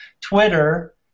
Twitter